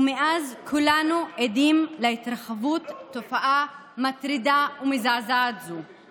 ומאז כולנו עדים להתרחבות תופעה מטרידה ומזעזעת זו.